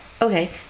Okay